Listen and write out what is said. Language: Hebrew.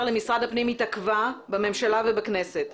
למשרד הפנים התעכבה בממשלה ובכנסת.